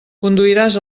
conduiràs